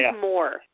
more